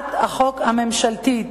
בהצעת החוק הממשלתית.